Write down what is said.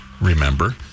remember